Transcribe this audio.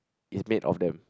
is made of them